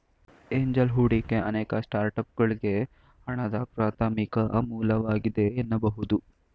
angel ಹೂಡಿಕೆ ಅನೇಕ ಸ್ಟಾರ್ಟ್ಅಪ್ಗಳ್ಗೆ ಹಣದ ಪ್ರಾಥಮಿಕ ಮೂಲವಾಗಿದೆ ಎನ್ನಬಹುದು